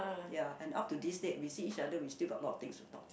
ya and up to this date we see each other we still got a lot of things to talk